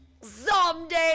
Someday